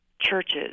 churches